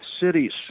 cities